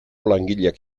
langileak